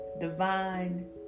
divine